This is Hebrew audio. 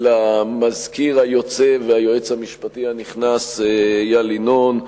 למזכיר היוצא והיועץ המשפטי הנכנס איל ינון,